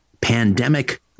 Pandemic